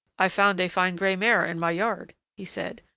i found a fine gray mare in my yard, he said,